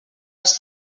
els